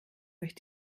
durch